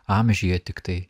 amžiuje tiktai